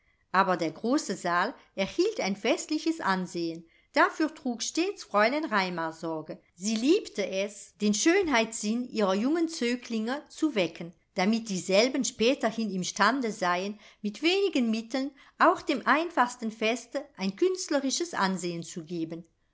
aber der große saal erhielt ein festliches ansehen dafür trug stets fräulein raimar sorge sie liebte es den schönheitssinn ihrer jungen zöglinge zu wecken damit dieselben späterhin imstande seien mit wenigen mitteln auch dem einfachsten feste ein künstlerisches ansehen zu geben